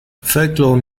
folklore